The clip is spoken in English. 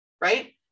right